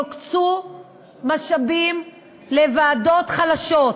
יוקצו משאבים לוועדות חלשות,